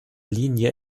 linie